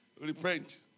repent